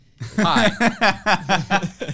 hi